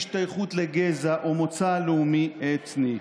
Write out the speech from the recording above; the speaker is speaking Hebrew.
השתייכות לגזע או מוצא לאומי אתני.